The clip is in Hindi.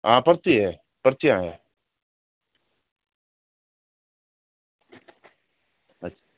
हाँ पर्ची है पर्चियाँ है अच्छ